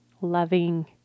loving